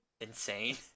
insane